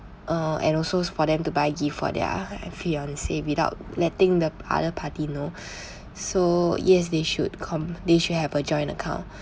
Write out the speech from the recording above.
uh and also for them to buy gifts for their fiancee without letting the other party know so yes they should com~ they should have a joint account